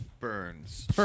Burns